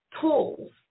tools